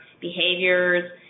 behaviors